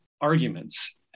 arguments